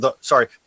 sorry